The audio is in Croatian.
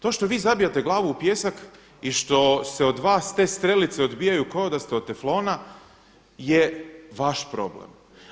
To što vi zabijate glavu u pijesak i što se od vas te strelice odbijaju kao da ste od teflona je vaš problem.